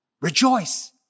rejoice